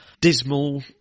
dismal